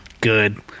Good